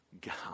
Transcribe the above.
God